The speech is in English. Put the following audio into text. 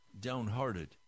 downhearted